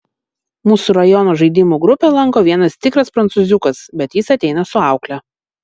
mūsų rajono žaidimų grupę lanko vienas tikras prancūziukas bet jis ateina su aukle